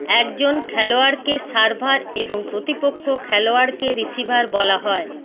একজন খেলোয়াড়কে সার্ভার এবং প্রতিপক্ষ খেলোয়াড়কে রিসিভার বলা হয়